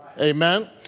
Amen